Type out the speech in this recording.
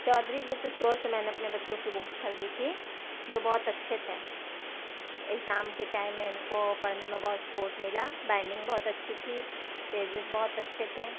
Chaudhry book store سے میں نے اپنے بچوں کی بکس خریدی تھیں جو بہت اچھے تھے ایگزام کے ٹائم میں ان کو پڑھنے میں بہت سپورٹ ملا بائنڈنگ بہت اچھی تھی پیزیز بہت اچھے تھے